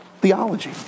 theology